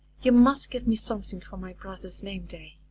you must give me something for my brother's name day.